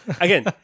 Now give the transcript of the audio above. again